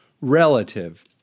relative